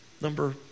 Number